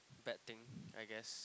bad thing I guess